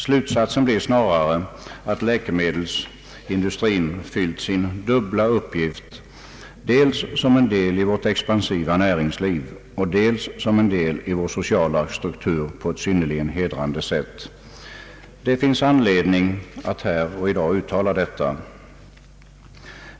Slutsatsen blir snarare att läkemedelsindustrin fyllt sin dubbla uppgift — som en del i vårt expansiva näringsliv och som en del i vår sociala struktur — på ett synnerligen hedrande sätt. Det finns anledning att uttala detta här i dag.